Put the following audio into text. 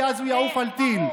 כי אז הוא יעוף על טיל.